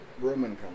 Roman